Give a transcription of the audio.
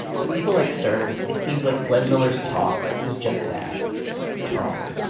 to people like stern, it seemed like glenn miller's talk was just that talk,